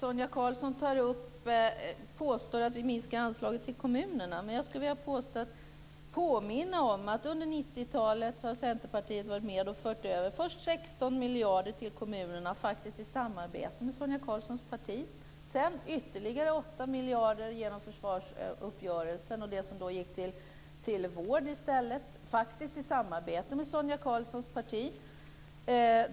Fru talman! Sonia Karlsson påstår att vi minskar anslaget till kommunerna. Jag vill påminna om att under 90-talet har Centerpartiet varit med och fört över först 16 miljarder till kommunerna, i samarbete med Sonia Karlssons parti, sedan ytterligare 8 miljarder genom försvarsuppgörelsen och som gick till vård i stället, i samarbete med Sonia Karlssons parti.